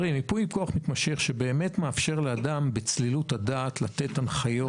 ייפוי כוח מתמשך מאפשר לאדם כשהוא בצלילות דעת לתת הנחיות.